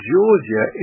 Georgia